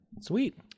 sweet